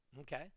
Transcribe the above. Okay